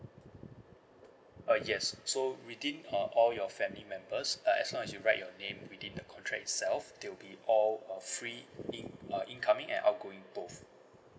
uh yes so within uh all your family members uh as long as you write your name within the contract itself they will be all uh free in uh incoming and outgoing both